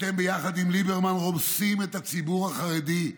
אתם, יחד עם ליברמן, רומסים את הציבור החרדי,